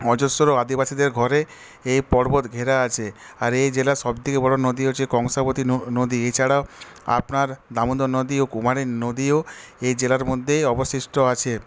অজস্র আদিবাসীদের ঘরে এই পর্বত ঘেরা আছে আর এই জেলার সবথেকে বড় নদী হচ্ছে কংসাবতী নদী আর এছাড়া আপনার দামোদর নদী ও কুমারী নদীও এই জেলার মধ্যে অবশিষ্ট আছে